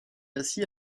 ainsi